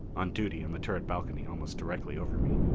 on duty on the turret balcony almost directly over me.